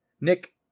Nick